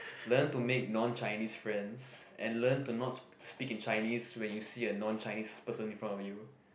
learn to make non Chinese friends and learn to not speak in Chinese when you see a non Chinese person in front of you